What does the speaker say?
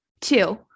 two